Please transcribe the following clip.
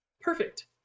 Perfect